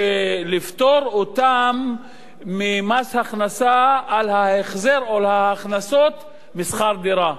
ולפטור אותן ממס הכנסה על ההחזר או על ההכנסות משכר דירה.